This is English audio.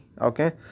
Okay